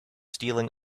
stealing